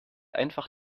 einfach